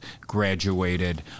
graduated